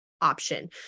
Option